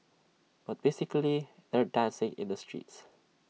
but basically they're dancing in the streets